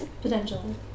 Potential